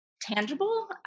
tangible